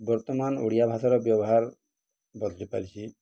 ବର୍ତ୍ତମାନ ଓଡ଼ିଆ ଭାଷାର ବ୍ୟବହାର ବଦଳି ପାରିଛି